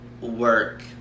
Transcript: work